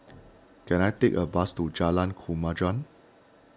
can I take a bus to Jalan Kemajuan